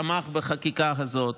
תמך בחקיקה הזאת,